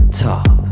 top